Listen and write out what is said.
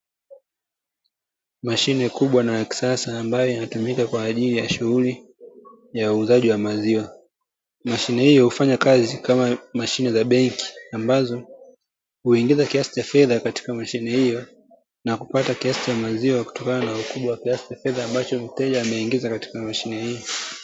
Mashine kubwa na ya kisasa ambayo inatumika kwa shughuli ya uuzaji wa maziwa. Mashine hiyo hufanya kazi kama mashine za benki ambazo huingiza kiasi cha fedha katika mashine hiyo na kupata kiasi cha maziwa kutokana na ukubwa wa kiasi cha fedha ambacho mteja ameingiza katika mashine hiyo.